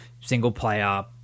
single-player